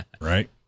Right